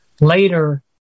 later